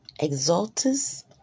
exaltus